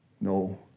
No